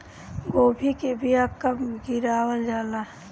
गोभी के बीया कब गिरावल जाला?